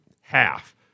half